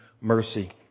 mercy